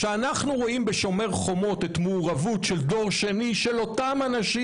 כשאנחנו רואים בשומר החומות את המעורבות של דור שני של אותם אנשים,